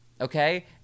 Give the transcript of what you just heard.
Okay